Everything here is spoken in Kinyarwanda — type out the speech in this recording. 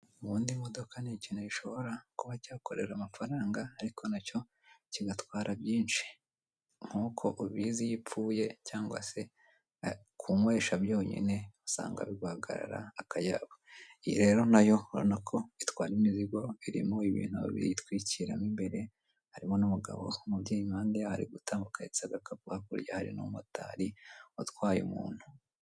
Ubundi modoka ni ikintu gishobora kuba cyakorera amafaranga ariko nacyo kigatwara byinshi. nk'uko ubizi iyo ipfuye cyangwa se kunywesha byonyine usanga bihagarara akayabo. Iyi rero nayo ubona ko itwara imizigo irimo ibintu biyitwikiramo imbere, harimo n'umugabo umubyeyi impande ari gutambuka ahetse agakapu hakurya hari n'umumotari watwaye umuntu.